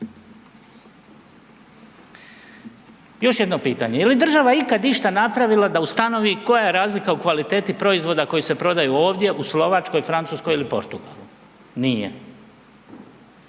Još jedno pitanje. Jeli država ikad išta napravila da ustanovi koja je razlika u kvaliteti proizvoda koji se prodaju ovdje u Slovačkoj, Francuskoj ili Portugalu? Nije.